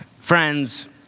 friends